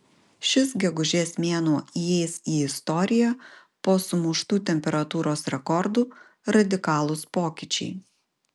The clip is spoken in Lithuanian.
šis gegužės mėnuo įeis į istoriją po sumuštų temperatūros rekordų radikalūs pokyčiai